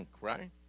right